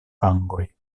vangoj